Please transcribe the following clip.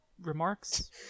remarks